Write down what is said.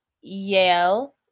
Yale